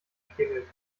klingelt